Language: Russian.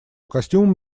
костюмом